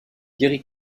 jerry